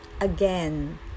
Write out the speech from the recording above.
Again